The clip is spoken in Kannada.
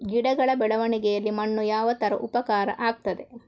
ಗಿಡಗಳ ಬೆಳವಣಿಗೆಯಲ್ಲಿ ಮಣ್ಣು ಯಾವ ತರ ಉಪಕಾರ ಆಗ್ತದೆ?